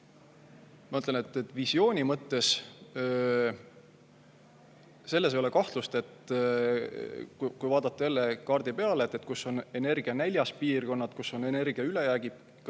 Ma ütlen, et visiooni mõttes selles ei ole kahtlust – kui vaadata jälle kaardi peale, kus on energianäljas piirkonnad ja kus on energia ülejäägiga